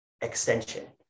extension